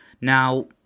Now